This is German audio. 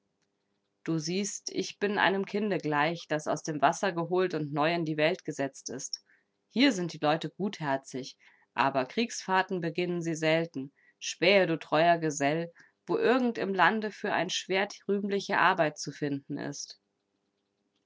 du siehst ich bin einem kinde gleich das aus dem wasser geholt und neu in die welt gesetzt ist hier sind die leute gutherzig aber kriegsfahrten beginnen sie selten spähe du treuer gesell wo irgend im lande für ein schwert rühmliche arbeit zu finden ist